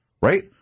right